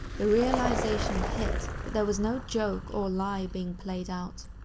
the realisation hit that there was no joke or lie being played out.